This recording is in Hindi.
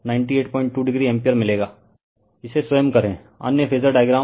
रिफर स्लाइड टाइम 0303 इसे स्वयं करें अन्य फेजर डायग्राम